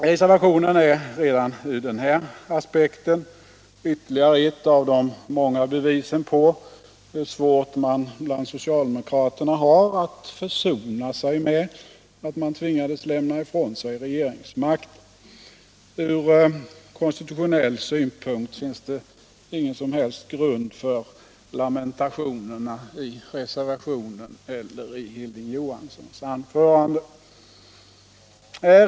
Reservationen är redan ur den aspekten ytterligare ett av de många bevisen på hur svårt man bland socialdemokraterna har att försona sig med att man tvingades lämna ifrån sig regeringsmakten. Från konstitutionell synpunkt finns det ingen formell grund för lamentationerna i reservationen eller i Hilding Johanssons anförande.